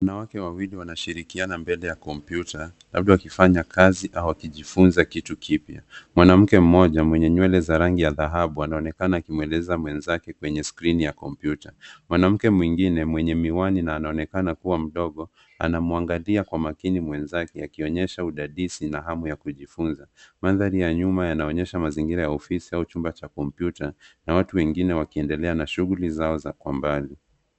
Wanawake wawili wanashirikiana mbele ya kompyuta, labda wakifanya kazi au wakijifunza kitu kipya. Mwanamke mmoja mwenye nywele za rangi ya dhahabu anaonekana akimweleza mwenzake kwenye skrini ya kompyuta. Mwanamke mwingine mwenye miwani na anaonekana kuwa mdogo, anamwangalia kwa makini mwenzake akionyesha udadisi na hamu ya kujifunza. Mandhari ya nyuma yanaonyesha mazingira ya ofisi au chumba cha kompyuta, na watu wengine wakiendelea na shughuli zao kwa mbali.